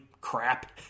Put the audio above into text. crap